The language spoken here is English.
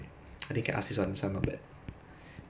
!wah! shit if you ask me ah err